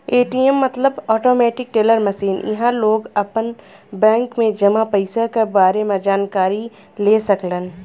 ATM मतलब automatic teller machine इहां लोग आपन बैंक में जमा पइसा क बारे में जानकारी ले सकलन